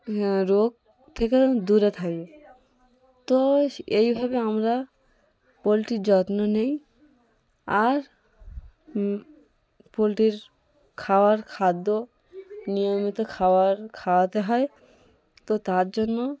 হ্যাঁ রোগ থেকে দূরে থাকবে তো স এইভাবে আমরা পোলট্রির যত্ন নিই আর পোলট্রির খাবার খাদ্য নিয়মিত খাবার খাওয়াতে হয় তো তার জন্য